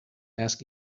ask